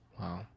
Wow